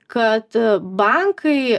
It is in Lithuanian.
kad bankai